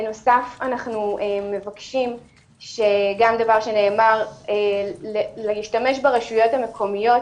דבר נוסף שגם נוכל להשתמש ברשויות המקומיות,